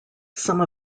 some